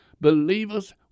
Believers